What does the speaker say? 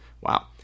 wow